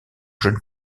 jeunes